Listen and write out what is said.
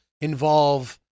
involve